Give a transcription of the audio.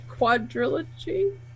quadrilogy